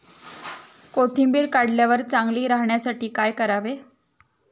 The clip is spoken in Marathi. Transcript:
कोथिंबीर काढल्यावर चांगली राहण्यासाठी काय करावे?